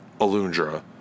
Alundra